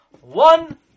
one